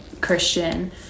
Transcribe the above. christian